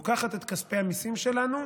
לוקחת את כספי המיסים שלנו,